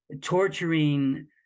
torturing